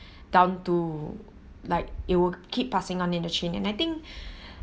down to like it would keep passing on in the chain and I think